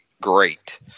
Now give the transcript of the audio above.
great